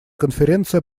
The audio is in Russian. конференция